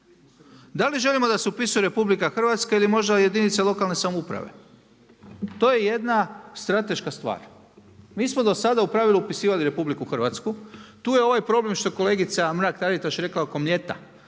Da li želimo da se upisuje RH ili možda jedinica lokalne samouprave? To je jedna strateška stvar. Mi smo do sada u pravilu upisivali RH. Tu je ovaj problem, što je kolegica Mrak-Taritaš rekla oko Mljeta.